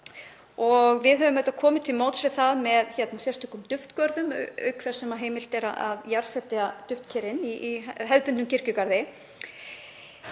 við höfum komið til móts við það með sérstökum duftgörðum, auk þess sem heimilt er að jarðsetja duftker í hefðbundnum kirkjugarði.